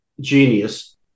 Genius